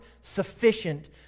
sufficient